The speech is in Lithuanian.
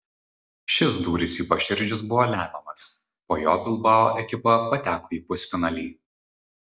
šis dūris į paširdžius buvo lemiamas po jo bilbao ekipa pateko į pusfinalį